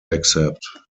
accept